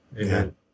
Amen